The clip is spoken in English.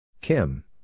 Kim